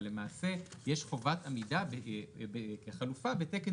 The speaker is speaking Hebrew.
אבל למעשה יש חובת עמידה כחלופה בתקן